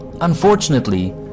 Unfortunately